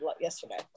yesterday